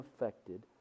affected